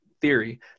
theory